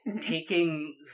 Taking